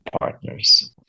partners